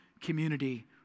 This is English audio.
community